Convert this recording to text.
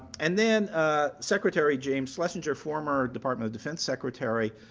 and then ah secretary james schlesinger, former department of defense secretary,